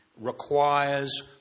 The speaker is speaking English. requires